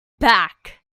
back